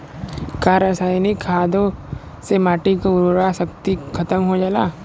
का रसायनिक खादों से माटी क उर्वरा शक्ति खतम हो जाला?